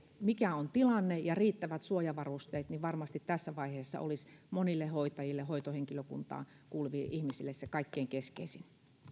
mikä on tilanne ja riittävät suojavarusteet varmasti tässä vaiheessa olisi monille hoitajille hoitohenkilökuntaan kuuluville ihmisille se kaikkein keskeisin